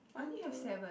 one two